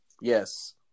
Yes